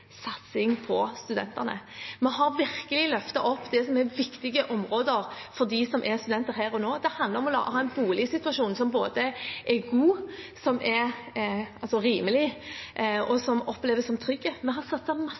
satsing på studentene. Vi har virkelig løftet opp det som er viktige områder for dem som er studenter her og nå. Det handler om å ha en boligsituasjon som er god og rimelig, og som oppleves som trygg. Vi har